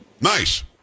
Nice